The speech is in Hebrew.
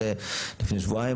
לפני שבועיים,